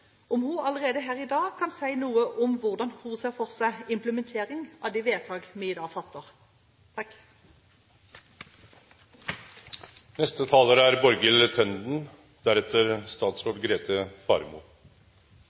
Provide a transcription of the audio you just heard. om hun allerede her i dag kan si noe om hvordan hun ser for seg implementeringen av de vedtak vi i dag fatter. Bruk av narkotika er